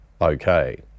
okay